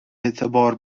اعتبار